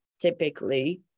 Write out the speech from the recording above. typically